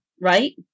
right